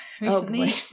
recently